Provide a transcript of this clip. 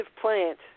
plant